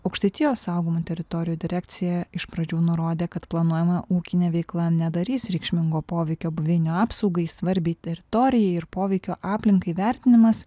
aukštaitijos saugomų teritorijų direkcija iš pradžių nurodė kad planuojama ūkinė veikla nedarys reikšmingo poveikio buveinių apsaugai svarbiai teritorijai ir poveikio aplinkai vertinimas